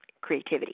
creativity